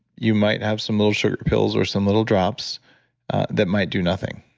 you might have some little sugar pills or some little drops that might do nothing.